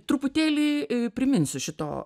truputėlį priminsiu šito